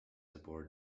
aboard